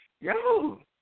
Yo